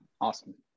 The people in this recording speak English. Awesome